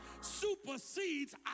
supersedes